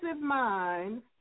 mind